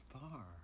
far